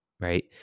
right